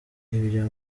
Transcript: ibya